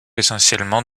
essentiellement